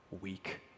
weak